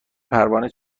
پروانه